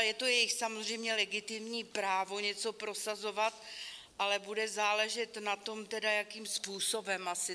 Je to samozřejmě jejich legitimní právo něco prosazovat, ale bude záležet na tom tedy, jakým způsobem asi.